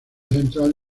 central